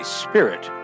spirit